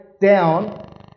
down